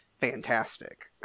fantastic